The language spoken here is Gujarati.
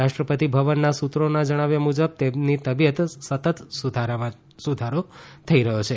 રાષ્ટ્રપતિ ભવનના સૂત્રોના જણાવ્યા મુજબ તેમની તબિયતમાં સતત સૂધારો થઇ રહ્યો છે